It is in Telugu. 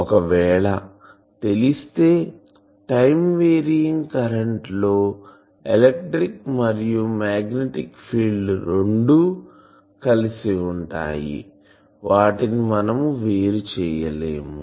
ఒకవేళ తెలిస్తే టైం వేరియింగ్ కరెంటులో ఎలక్ట్రిక్ మరియు మాగ్నెటిక్ ఫీల్డ్ లు రెండూ కలిసి ఉంటాయి వాటిని మనము వేరు చేయలేము